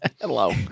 Hello